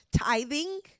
tithing